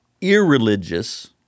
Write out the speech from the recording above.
irreligious